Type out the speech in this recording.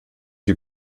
die